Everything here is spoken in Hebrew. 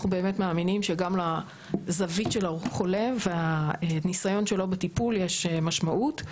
אנחנו באמת מאמינים שגם לזווית של החולה והניסיון שלו בטיפול יש משמעות,